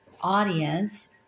audience